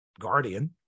guardian